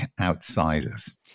outsiders